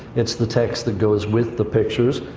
it's the text that goes with the pictures,